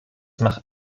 macht